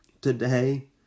today